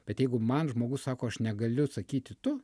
bet jeigu man žmogus sako aš negaliu sakyti tu